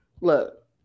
Look